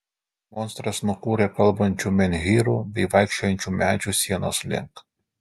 monstras nukūrė kalbančių menhyrų bei vaikščiojančių medžių sienos link